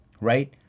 right